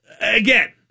again